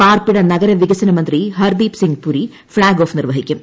പാർപ്പിട നഗര വികസന മന്ത്രി ഹർദീപ് സിംഗ് പുരി ഫ്ളാഗ് ഓഫ് നിർവ്വഹിക്കും